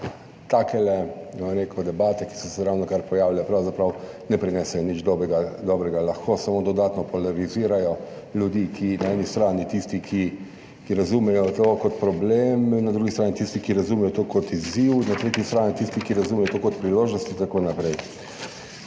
rekel, debate, ki so se ravnokar pojavile pravzaprav ne prinesejo nič dobrega. Lahko samo dodatno polarizirajo ljudi, ki na eni strani tisti, ki razumejo to kot problem, na drugi strani tisti, ki razumejo to kot izziv in na tretji strani tisti, ki razumejo to kot priložnost in tako naprej.